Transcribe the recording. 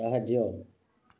ସାହାଯ୍ୟ